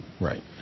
Right